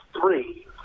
three